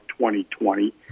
2020